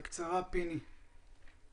איבדתי ילד בתאונת דרכים.